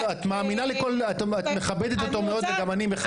את מאמינה לכל מה ש --- את מכבדת אותו מאד וגם אני מכבד אותו.